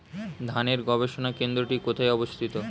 ধানের গবষণা কেন্দ্রটি কোথায় অবস্থিত?